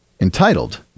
Entitled